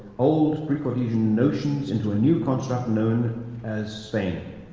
old pre-cortesian notions into a new construct known as spain,